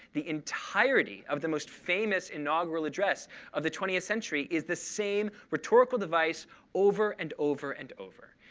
the entirety of the most famous inaugural address of the twentieth century is the same rhetorical device over and over and over.